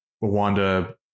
Wanda